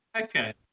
Okay